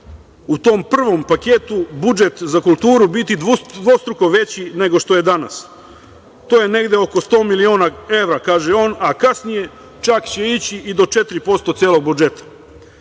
u tom prvom paketu budžet za kulturu biti dvostruko veći nego što je danas. To je negde oko sto miliona evra, kaže on, a kasnije čak će ići i do 4% celog budžeta.